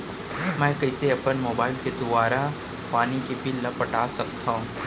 मैं कइसे अपन मोबाइल के दुवारा पानी के बिल ल पटा सकथव?